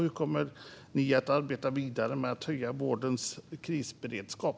Hur kommer ni att arbeta vidare med att höja vårdens krisberedskap?